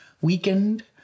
weakened